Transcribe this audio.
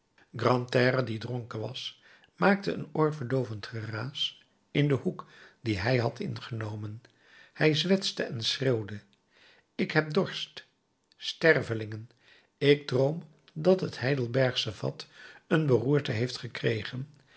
grantaire die dronken was maakte een oorverdoovend geraas in den hoek dien hij had ingenomen hij zwetste en schreeuwde ik heb dorst stervelingen ik droom dat het heidelbergsche vat een beroerte heeft gekregen